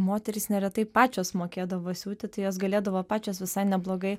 moterys neretai pačios mokėdavo siūti tai jos galėdavo pačios visai neblogai